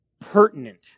Pertinent